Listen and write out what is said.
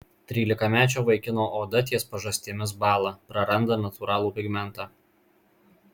trylikamečio vaikino oda ties pažastimis bąla praranda natūralų pigmentą